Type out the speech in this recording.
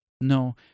No